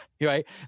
right